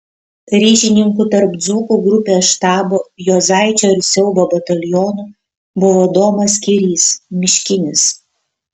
ryšininku tarp dzūkų grupės štabo juozaičio ir siaubo batalionų buvo domas kirys miškinis